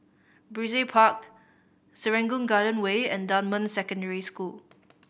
Brizay Park Serangoon Garden Way and Dunman Secondary School